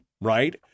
Right